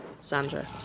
Sandra